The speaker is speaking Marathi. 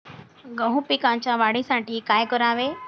गहू पिकाच्या वाढीसाठी काय करावे?